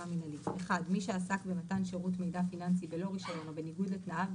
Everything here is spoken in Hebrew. המינהלית מי שעסק במתן שירות מידע פיננסי בלא רישיון או בניוגוד לתנאיו,